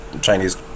Chinese